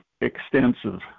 extensive